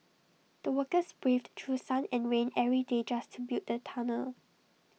the workers braved through sun and rain every day just to build the tunnel